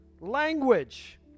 language